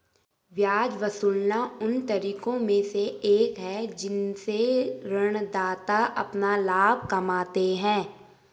ब्याज वसूलना उन तरीकों में से एक है जिनसे ऋणदाता अपना लाभ कमाते हैं